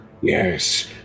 Yes